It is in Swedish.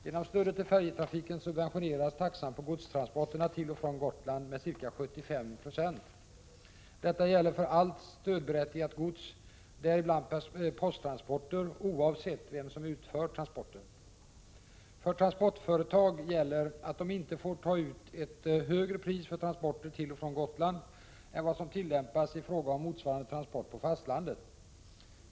Genom stödet till färjetrafiken subventioneras taxan på godstransporterna till och från Gotland med ca 75 96. Detta gäller för allt stödberättigat gods, däribland posttransporter, oavsett vem som utför transporten. För transportföretag gäller att de inte får ta ut ett högre pris för transporter till och från Gotland än vad som tillämpas i fråga om motsvarande transport på fastlandet.